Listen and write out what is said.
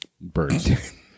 Birds